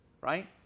Right